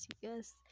yes